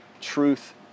truth